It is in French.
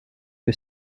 que